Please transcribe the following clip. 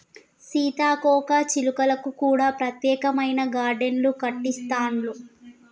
సీతాకోక చిలుకలకు కూడా ప్రత్యేకమైన గార్డెన్లు కట్టిస్తాండ్లు